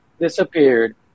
Disappeared